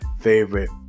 favorite